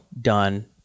done